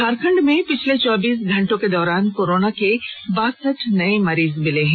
झारखंड में पिछले चौबीस घंटे के दौरान कोरोना के बारसठ नए मरीज मिले हैं